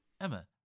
Emma